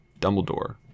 Dumbledore